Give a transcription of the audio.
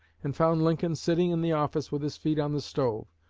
and found lincoln sitting in the office with his feet on the stove,